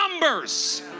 numbers